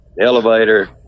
elevator